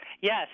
Yes